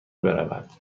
برود